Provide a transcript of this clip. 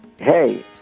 hey